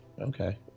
okay